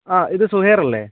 ആ ഇത് സുഹൈറല്ലേ